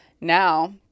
now